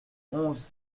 onze